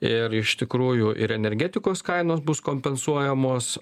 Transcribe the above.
ir iš tikrųjų ir energetikos kainos bus kompensuojamos